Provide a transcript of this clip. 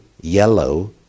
yellow